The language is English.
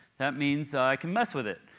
that means i can mess with it.